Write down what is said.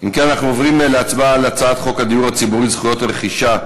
אנחנו עוברים להצבעה על הצעת חוק הדיור הציבורי (זכויות רכישה)